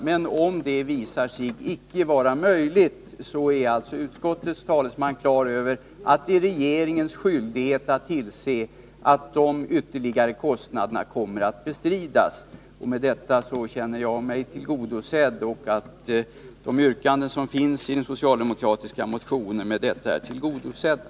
Men om det visar sig icke vara möjligt, är alltså utskottets talesman på det klara med att det är regeringens skyldighet att tillse att de ytterligare kostnaderna kommer att bestridas. Därmed anser jag att de yrkanden som finns i den socialdemokratiska motionen är tillgodosedda.